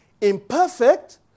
imperfect